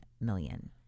million